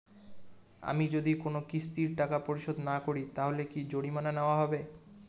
আমি যদি কোন কিস্তির টাকা পরিশোধ না করি তাহলে কি জরিমানা নেওয়া হবে?